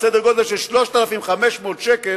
בסדר-גודל של 3,500 שקל,